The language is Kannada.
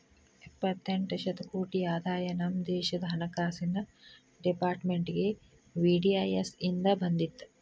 ಎಪ್ಪತ್ತೆಂಟ ಶತಕೋಟಿ ಆದಾಯ ನಮ ದೇಶದ್ ಹಣಕಾಸಿನ್ ಡೆಪಾರ್ಟ್ಮೆಂಟ್ಗೆ ವಿ.ಡಿ.ಐ.ಎಸ್ ಇಂದ್ ಬಂದಿತ್